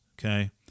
Okay